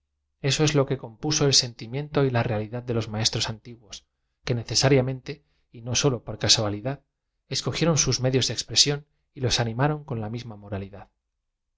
eso es lo que compuso el sen tíffiiento y la realidad de los maestros antiguos que necesariamente y no sólo por casualidad escogieron sus medios de expresión y los animaron con la misma moralidad